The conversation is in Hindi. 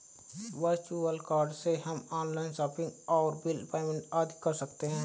वर्चुअल कार्ड से हम ऑनलाइन शॉपिंग और बिल पेमेंट आदि कर सकते है